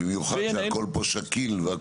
במיוחד שהכול פה שקיל.